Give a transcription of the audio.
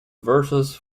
verses